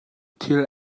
thil